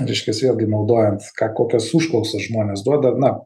reiškias vėlgi naudojant ką kokias užklausas žmonės duoda na